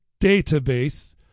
database